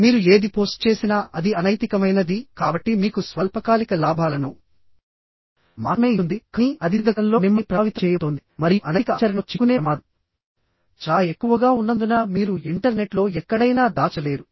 మీరు ఏది పోస్ట్ చేసినా అది అనైతికమైనది కాబట్టి మీకు స్వల్పకాలిక లాభాలను మాత్రమే ఇస్తుంది కానీ అది దీర్ఘకాలంలో మిమ్మల్ని ప్రభావితం చేయబోతోంది మరియు అనైతిక ఆచరణలో చిక్కుకునే ప్రమాదం చాలా ఎక్కువగా ఉన్నందున మీరు ఇంటర్నెట్లో ఎక్కడైనా దాచలేరు